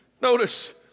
Notice